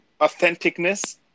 authenticness